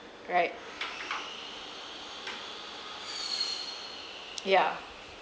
right yeah